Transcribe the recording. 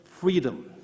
freedom